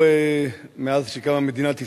מאז שקמה מדינת ישראל,